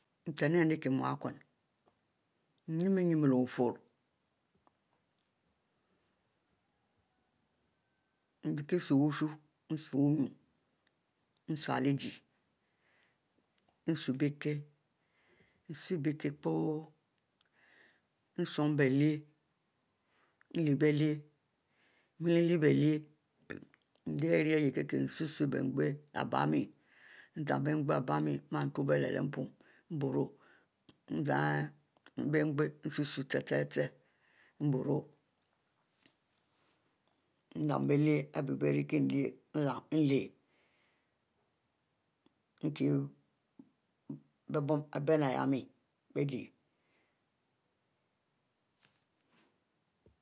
Nten irienie mukuin nirienie leh-bufurro. nriehkie sul ulushu nsyieh-igie nsyehbieh kie pie nsnubie lyieh nswubie leh mnmieh lyieh-bie lyieh-endieh eri kie kie nsusuleh-bienghieh abie mi nzam-bienghieh nguie-guieh bie nghieh zam bie nghieh-lbie miel, nghieh leh mupon n nlernn bieleieh abie bie irikieh lyieh-lyieh nlehieh, nchueu abieh muheyemm